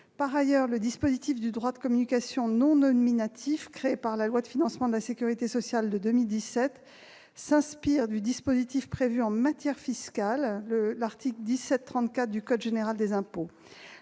part, le dispositif du droit de communication non nominatif créé par la loi de financement de la sécurité sociale pour 2017 s'inspire du dispositif prévu en matière fiscale par l'article 1734 du code général des impôts.